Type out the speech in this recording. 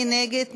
מי נגד?